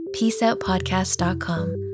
peaceoutpodcast.com